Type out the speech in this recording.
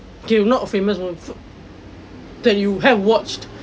okay not famous one that you have watched